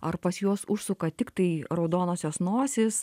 ar pas juos užsuka tiktai raudonosios nosys